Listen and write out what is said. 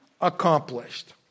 Accomplished